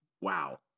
Wow